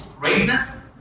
greatness